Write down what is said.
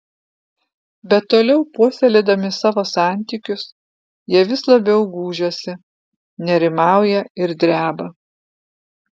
bet toliau puoselėdami savo santykius jie vis labiau gūžiasi nerimauja ir dreba